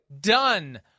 Done